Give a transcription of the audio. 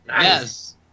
yes